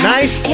Nice